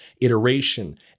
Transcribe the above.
iteration